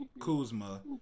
Kuzma